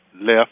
left